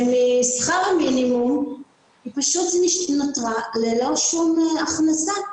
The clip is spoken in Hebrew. משכר המינימום היא פשוט נותרה ללא שום הכנסה,